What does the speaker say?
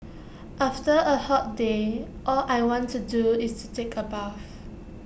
after A hot day all I want to do is to take A bath